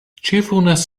cheerfulness